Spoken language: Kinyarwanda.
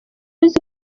uzi